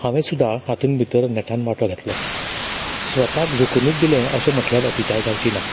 हांवें सुद्दां हातून भितर नेटान वाटो घेतलो स्वताक जोखूनूच दिलें अशें म्हटलें जाल्यार अतिताय जावची ना